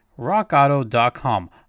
rockauto.com